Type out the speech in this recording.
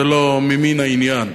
זה לא ממין העניין.